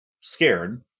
scared